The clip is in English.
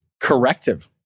corrective